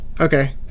Okay